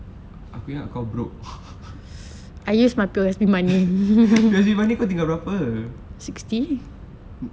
aku ingat kau broke P_S_B money kau tinggal berapa